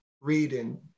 reading